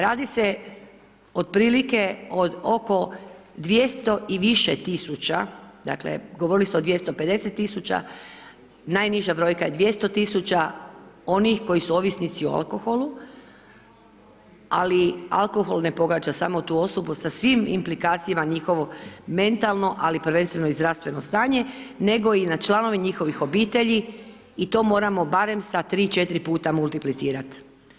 Radi se otprilike od oko 200 i više tisuća, dakle govorili ste o 250 tisuća, najniža brojka je 200 tisuća onih koji su ovisnici o alkoholu, ali alkohol ne pogađa samo tu osobu sa svim implikacijama njihovo mentalno ali prvenstveno i zdravstveno stanje nego i na članove njihovih obitelji i to moramo barem sa 3, 4 puta multiplicirati.